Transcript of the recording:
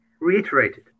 reiterated